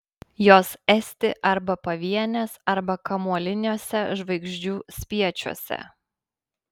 jos esti arba pavienės arba kamuoliniuose žvaigždžių spiečiuose